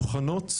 מוכנות,